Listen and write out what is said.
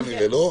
לא?